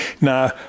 Now